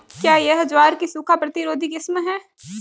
क्या यह ज्वार की सूखा प्रतिरोधी किस्म है?